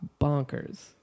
bonkers